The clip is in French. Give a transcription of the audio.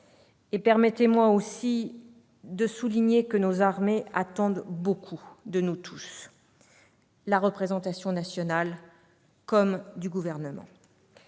Permettez-moi aussi de souligner que nos armées attendent beaucoup de nous tous, de la représentation nationale comme du Gouvernement.